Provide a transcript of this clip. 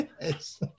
Yes